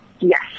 Yes